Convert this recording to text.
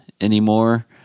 anymore